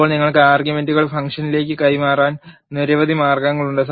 ഇപ്പോൾ നിങ്ങൾക്ക് ആർഗ്യുമെന്റുകൾ ഫംഗ്ഷനിലേക്ക് കൈമാറാൻ നിരവധി മാർഗങ്ങളുണ്ട്